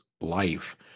life